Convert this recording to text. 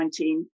2019